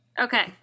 Okay